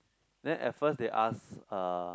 then at first they ask uh